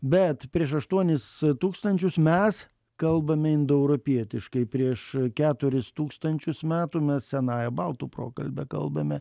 bet prieš aštuonis tūkstančius mes kalbame indoeuropietiškai prieš keturis tūkstančius metų mes senąja baltų prokalbe kalbame